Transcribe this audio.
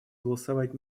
голосовать